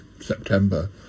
September